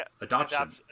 adoption